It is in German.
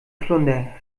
flunder